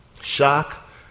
Shock